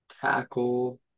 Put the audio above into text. tackle